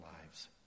lives